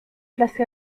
placé